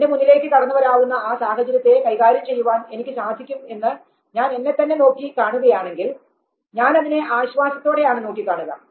എൻറെ മുന്നിലേക്ക് കടന്നു വരാവുന്ന ആ സാഹചര്യത്തെ കൈകാര്യം ചെയ്യുവാൻ എനിക്ക് സാധിക്കും എന്ന് ഞാൻ എന്നെത്തന്നെ നോക്കി കാണുകയാണെങ്കിൽ ഞാൻ അതിനെ ആശ്വാസത്തോടെ ആണ് നോക്കി കാണുക